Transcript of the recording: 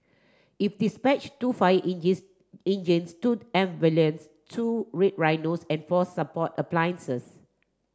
it dispatched two fire engines two ambulances two Red Rhinos and four support appliances